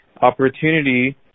opportunity